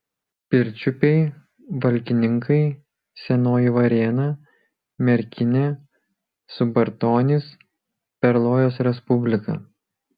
pirčiupiai valkininkai senoji varėna merkinė subartonys perlojos respublika